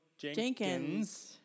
Jenkins